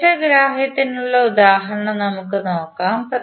മികച്ച ഗ്രാഹ്യത്തിനുള്ള ഉദാഹരണം നമുക്ക് നോക്കാം